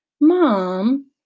Mom